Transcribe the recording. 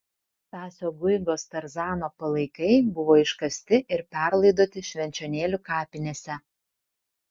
stasio guigos tarzano palaikai buvo iškasti ir perlaidoti švenčionėlių kapinėse